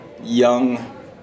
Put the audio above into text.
young